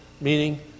meaning